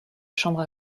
chambre